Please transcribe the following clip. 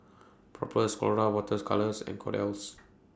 Propass Colora Water's Colours and Kordel's